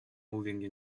moving